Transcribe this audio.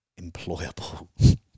employable